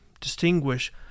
distinguish